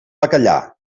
bacallà